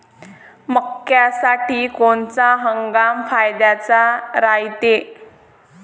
मक्क्यासाठी कोनचा हंगाम फायद्याचा रायते?